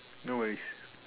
no worries